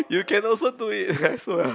you can also do it as well